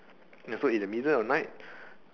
ya so in the middle of the night